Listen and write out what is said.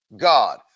God